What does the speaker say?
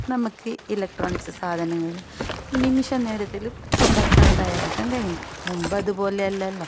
നമുക്ക് ഇലക്ട്രോണിക്സ് സാധനങ്ങൾ നിമിഷ നേരത്തില് ഭക്ഷണം തയ്യാറാക്കാൻ കഴിയുന്നു മുൻപ് അതുപോലെയല്ലല്ലോ